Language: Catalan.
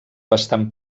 bastant